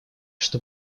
что